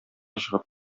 чыгып